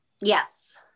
Yes